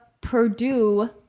Purdue